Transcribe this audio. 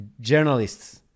journalists